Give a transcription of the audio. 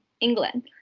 england